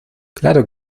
claro